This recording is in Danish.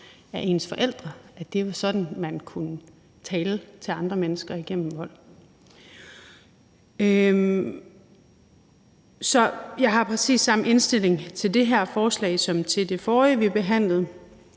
af ens forældre, nemlig at det var sådan, man kunne tale til andre mennesker, altså igennem vold. Så jeg har præcis samme indstilling til det her forslag som til det forrige, vi behandlede.